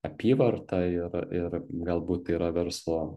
apyvartą ir ir galbūt tai yra verslo